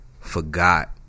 forgot